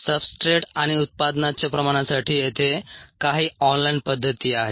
substrate आणि उत्पादनाच्या प्रमाणासाठी येथे काही ऑनलाइन पद्धती आहेत